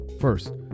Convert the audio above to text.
First